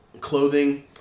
Clothing